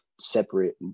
separate